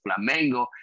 Flamengo